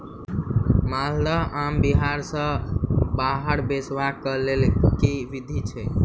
माल्दह आम बिहार सऽ बाहर बेचबाक केँ लेल केँ विधि छैय?